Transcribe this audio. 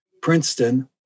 Princeton